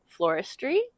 Floristry